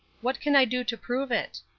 what can i do to prove it?